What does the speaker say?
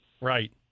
right